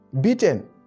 beaten